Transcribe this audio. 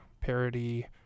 parody